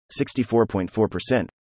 64.4%